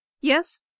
Yes